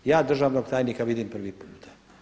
Ja državnog tajnika vidim prvi puta.